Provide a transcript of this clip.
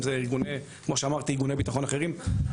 אם זה ארגוני ביטחון אחרים,